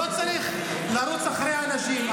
לא צריך לרוץ אחרי האנשים,